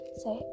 say